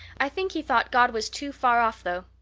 i think he thought god was too far off though.